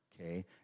Okay